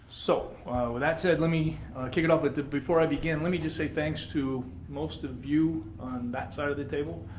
so, with that said let me kick it off. but before i begin, let me just say thanks to most of you on that side of the table.